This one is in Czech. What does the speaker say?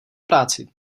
práci